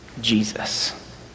Jesus